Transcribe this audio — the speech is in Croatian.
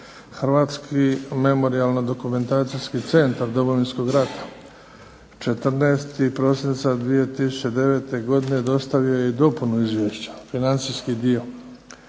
Hrvatski memorijalno-dokumentacijski centar Domovinskog rata 14. prosinca 2009. godine dostavio je i dopunu izvješća, financijski dio.